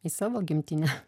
į savo gimtinę